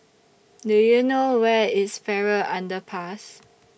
Do YOU know Where IS Farrer Underpass